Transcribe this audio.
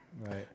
Right